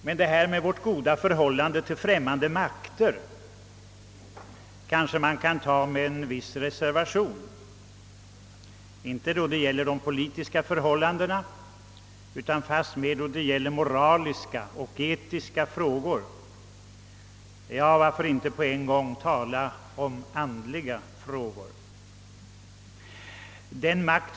Talet om vårt goda förhållande till främmande makter kan man kanske ta med en viss reservation, inte då det gäller politiska förhållanden utan fastmer med tanke på moraliska och etiska frågor. Ja, varför inte på en gång tala om andliga frågor?